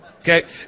Okay